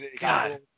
god